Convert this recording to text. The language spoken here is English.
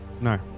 No